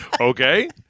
Okay